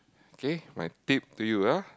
okay my tip to you ah